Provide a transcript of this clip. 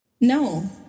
No